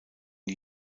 die